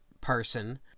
person